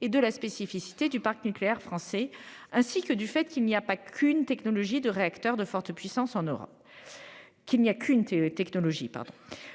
et de la spécificité du parc nucléaire français, ainsi que du fait qu'il n'y a qu'une technologie de réacteur de forte puissance en Europe.